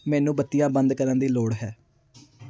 ਮੈਨੂੰ ਬੱਤੀਆਂ ਬੰਦ ਕਰਨ ਦੀ ਲੋੜ ਹੈ